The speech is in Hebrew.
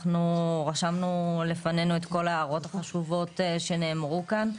אנחנו רשמנו לפנינו את כל ההערות החשובות שנאמרו כאן,